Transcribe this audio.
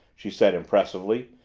she said impressively.